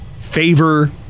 Favor